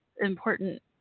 important